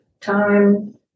time